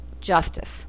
Justice